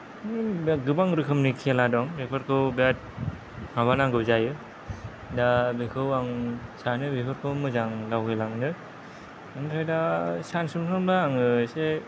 गोबां रोखोमनि खेला दं बेफोरखौ बेराद माबानांगौ जायो दा बेखौ आं सानो बेफोरखौ मोजां दावगाहोलांनो ओमफ्राय दा चान्सफोर मोनब्ला आङो एसे